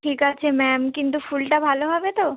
ঠিক আছে ম্যাম কিন্তু ফুলটা ভালো হবে তো